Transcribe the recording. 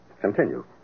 continue